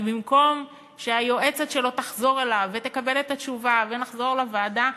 כי במקום שהיועצת שלו תחזור אליו ותקבל את התשובה ונחזור לוועדה,